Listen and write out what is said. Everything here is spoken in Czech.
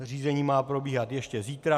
Řízení má probíhat ještě zítra.